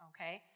Okay